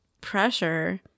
pressure